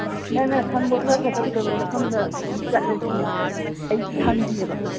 ꯅꯪꯅ ꯈꯪꯕ ꯈꯔ ꯐꯖ ꯐꯖꯕ ꯃꯐꯝꯗ ꯑꯗꯨꯝ ꯆꯠꯂꯁꯤꯅꯦ ꯑꯩꯗꯤ ꯈꯪꯗꯦꯕ